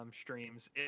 streams